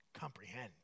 comprehend